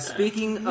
Speaking